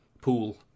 pool